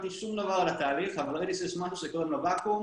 עליתי לארץ מבנגקוק תאילנד בקיץ 2018 דרך ארגון גרעין צבר.